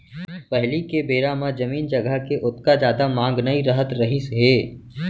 पहिली के बेरा म जमीन जघा के ओतका जादा मांग नइ रहत रहिस हे